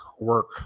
work